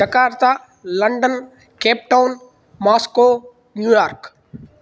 Jakarta London Cape Town Moscow New York